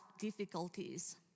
difficulties